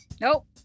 Nope